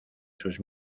sus